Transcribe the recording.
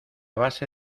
base